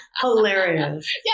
Hilarious